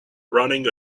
running